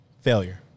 Failure